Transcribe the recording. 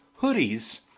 hoodies